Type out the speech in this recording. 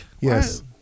yes